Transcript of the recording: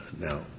now